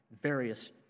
various